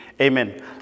Amen